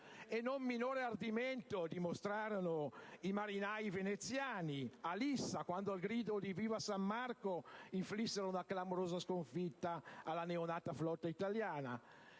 Non minore ardimento dimostrarono i marinai veneziani a Lissa, quando al grido di «viva San Marco!» inflissero una clamorosa sconfitta alla neonata flotta italiana.